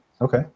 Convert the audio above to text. Okay